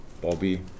Bobby